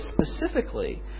specifically